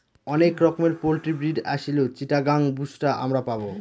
অনেক রকমের poultry breed Aseel, Chittagong, বুশরা আমরা পাবো